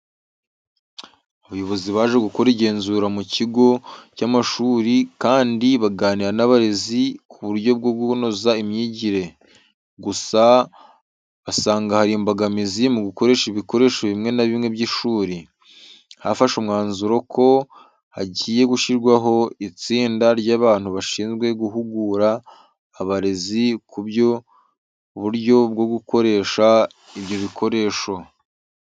Abayobozi baje gukora igenzura mu kigo cy'amashuri kandi baganira n'abarezi ku buryo bwo kunoza imyigire. Gusa basanga hari imbogamizi mu gukoresha ibikoresho bimwe na bimwe by'ishuri. Hafashwe umwanzuro ko hagiye gushyirwaho itsinda ry'abantu bashinzwe guhugura abarezi ku buryo bwo gukoresha ibyo bikoresho.